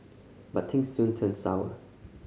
but things soon turned sour